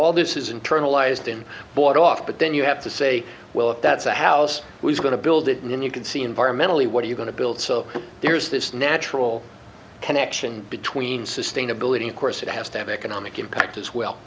all this is internalized and bought off but then you have to say well if that's the house who's going to build it and then you can see environmentally what are you going to build so there's this natural connection between sustainability of course it has to have economic impact as well